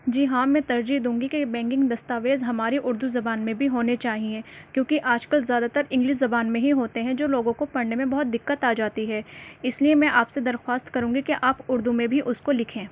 جی ہاں میں ترجیح دوں گی کہ بینکنگ دستاویز ہمارے اُردو زبان میں بھی ہونے چاہیے کیونکہ آج کل زیادہ تر انگلش زبان میں ہی ہوتے ہیں جو لوگوں کو پڑھنے میں بہت دقت آ جاتی ہے اِس لیے میں آپ سے درخواست کروں گی کہ آپ اُردو میں بھی اُس کو لِکھیں